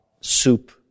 soup